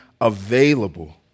available